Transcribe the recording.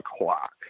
o'clock